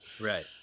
Right